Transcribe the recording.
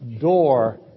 door